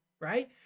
right